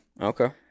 Okay